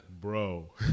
bro